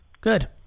good